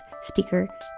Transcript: speaker